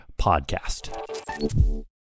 podcast